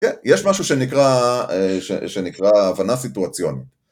יש משהו שנקרא הבנה סיטואציונית